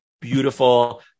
beautiful